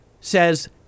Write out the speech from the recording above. says-